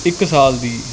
ਇੱਕ ਸਾਲ ਦੀ